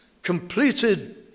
Completed